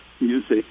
music